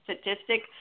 statistic